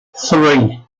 three